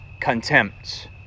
contempt